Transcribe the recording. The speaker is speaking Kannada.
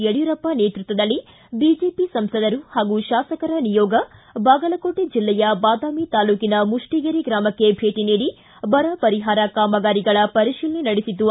ಯಡಿಯೂರಪ್ಪ ನೇತೃತ್ವದಲ್ಲಿ ಬಿಜೆಪಿ ಸಂಸದರು ಹಾಗೂ ಶಾಸಕರ ನಿಯೋಗ ಬಾಗಲಕೋಟೆ ಜಿಲ್ಲೆಯ ಬಾದಾಮಿ ತಾಲೂಕಿನ ಮುಷ್ಠಿಗೇರಿ ಗ್ರಾಮಕ್ಕೆ ಭೇಟಿ ನೀಡಿ ಬರ ಪರಿಹಾರ ಕಾಮಗಾರಿಗಳ ಪರಿಶೀಲನೆ ನಡೆಸಿತು